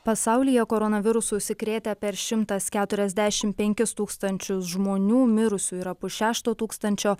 pasaulyje koronavirusu užsikrėtę per šimtas keturiasdešimt penkis tūkstančius žmonių mirusių yra pusšešto tūkstančio